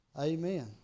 Amen